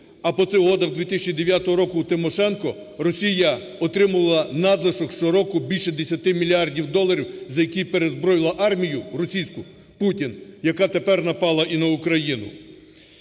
А по цих угодах у 2009 році у Тимошенко Росія отримувала надлишок щороку більше 10 мільярдів доларів, за які переозброїла армію російську, Путін, яка тепер напала і на Україну.